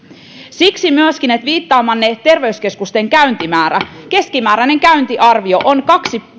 siksi myöskin viittaamaanne terveyskeskusten käyntimäärään liittyen keskimääräinen käyntiarvio on kaksi